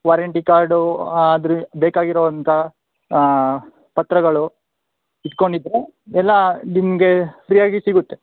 warranty card ಅದ್ರ ಬೇಕಾಗಿರೋವಂಥ ಪತ್ರಗಳು ಇಟ್ಕೊಂಡಿದ್ದರೆ ಎಲ್ಲಾ ನಿಮಗೆ ಫ್ರೀಯಾಗಿ ಸಿಗುತ್ತೆ